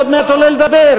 הוא עוד מעט עולה לדבר,